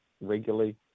regularly